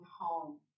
home